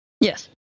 Yes